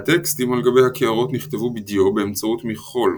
הטקסט הטקסטים על גבי הקערות נכתבו בדיו באמצעות מכחול.